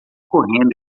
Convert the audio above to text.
correndo